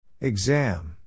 Exam